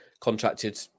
contracted